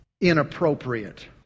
Inappropriate